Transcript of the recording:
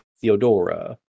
Theodora